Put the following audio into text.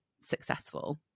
successful